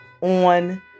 on